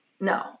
No